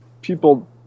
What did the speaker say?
people